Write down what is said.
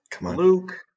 Luke